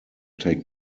take